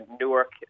Newark